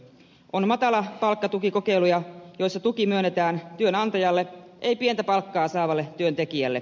on matalapalkkatukikokei luja joissa tuki myönnetään työnantajalle ei pientä palkkaa saavalle työntekijälle